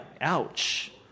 Ouch